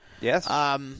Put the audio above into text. Yes